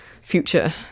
future